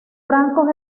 francos